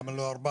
למה לא ארבעה?